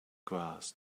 grass